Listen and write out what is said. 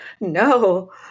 no